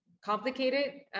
complicated